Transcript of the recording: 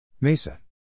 Mesa